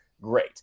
great